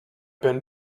been